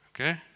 okay